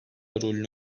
rolünü